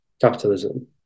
capitalism